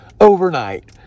overnight